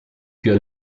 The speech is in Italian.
più